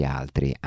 altri